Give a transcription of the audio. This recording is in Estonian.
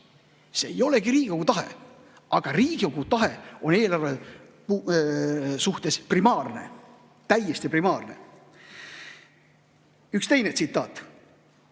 See ei olegi Riigikogu tahe, aga Riigikogu tahe on eelarve suhtes primaarne. Täiesti primaarne! Üks teine tsitaat.